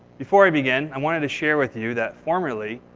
before i begin, i wanted to share with you that, formerly,